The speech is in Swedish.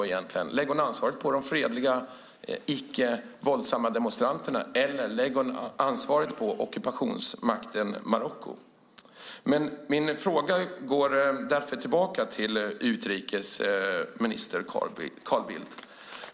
Lägger hon ansvaret på de fredliga icke våldsamma demonstranterna eller lägger hon ansvaret på ockupationsmakten Marocko? Mina frågor går därför tillbaka till utrikesminister Carl Bildt.